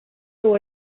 saw